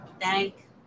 thank